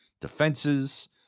defenses